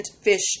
fish